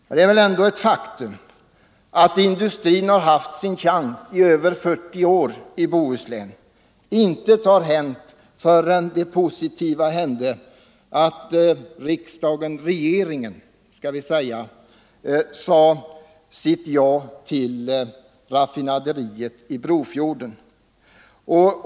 Men det är väl ändå ett faktum att industrin har haft sin chans i Bohuslän i över 40 år. Intet positivt har hänt förrän regeringen sade sitt ja till raffinaderiet i Brofjorden.